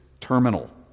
terminal